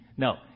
No